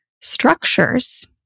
structures